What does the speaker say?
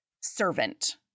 servant